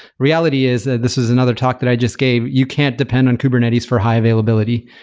reality is and this is another talk that i just gave. you can't depend on kubernetes for high-availability.